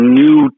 new